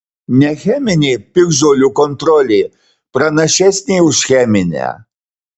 necheminė piktžolių kontrolė pranašesnė už cheminę